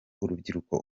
urubyiruko